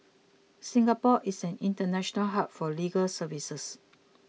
Singapore is an international hub for legal services